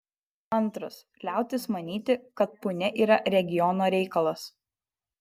antras liautis manyti kad punia yra regiono reikalas